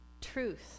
Truth